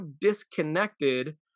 disconnected